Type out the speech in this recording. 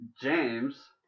James